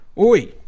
oi